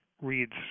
reads